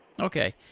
Okay